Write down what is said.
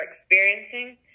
experiencing